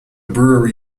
brewery